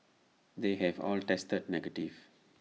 they have all tested negative